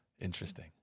Interesting